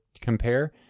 compare